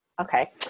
Okay